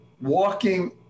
walking